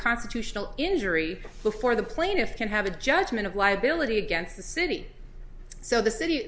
constitutional injury before the plaintiff can have a judgment of liability against the city so the city